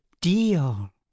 deal